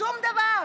שום דבר.